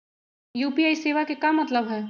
UPI सेवा के का मतलब है?